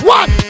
one